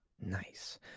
Nice